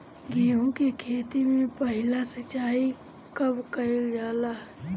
गेहू के खेती मे पहला सिंचाई कब कईल जाला?